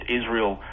israel